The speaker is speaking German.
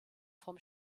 vom